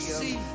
see